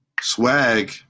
Swag